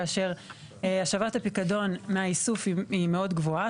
כאשר השבת הפיקדון מהאיסוף היא מאוד גבוהה,